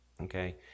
okay